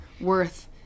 worth